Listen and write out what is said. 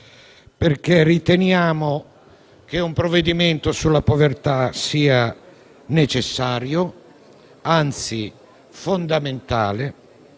perché riteniamo che un provvedimento sulla povertà sia necessario, anzi, fondamentale,